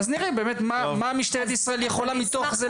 ואז נראה מה משטרת ישראל יכולה לעשות מתוך זה.